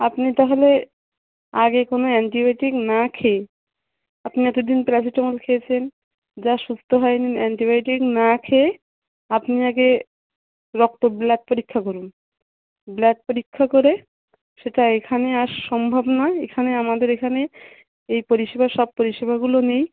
আপনি তাহালে আগে কোনো অ্যান্টিবায়োটিক না খেয়ে আপনি এতো দিন প্যারাসিটামল খেয়েছেন জ্বর সুস্ত হয় নি অ্যান্টিবায়োটিক না খেয়ে আপনি আগে রক্ত ব্লাড পরীক্ষা করুন ব্লাড পরীক্ষা করে সেটা এখানে আজ সম্ভব না এখানে আমাদের এখানে এই পরিষেবা সব পরিষেবাগুলো নেই